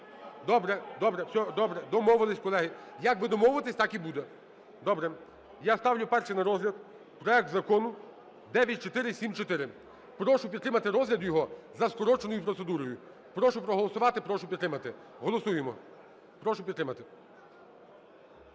Добре, добре, все, добре. Домовились, колеги. Як ви домовитесь, так і буде. Добре, я ставлю перший на розгляд проект Закону 9474. Прошу підтримати розгляд його за скороченою процедурою. Прошу проголосувати, прошу підтримати. Голосуємо. Прошу підтримати.